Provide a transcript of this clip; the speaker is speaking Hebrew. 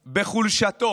בחולשתו,